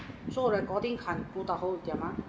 so recording